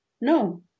No